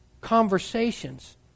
conversations